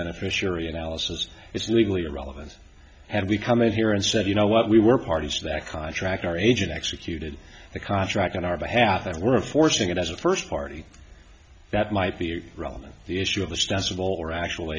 beneficiary analysis it's legally irrelevant and we come in here and said you know what we were parties to that contract our agent executed the contract on our behalf and we're forcing it as a first party that might be relevant the issue of the stance of all or actual